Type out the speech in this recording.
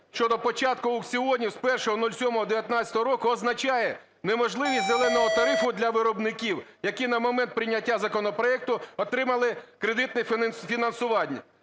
щодо початку аукціонів з 01.07.2019 року означає неможливість "зеленого" тарифу для виробників, які на момент прийняття законопроекту отримали кредитне фінансування.